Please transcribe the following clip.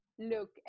Look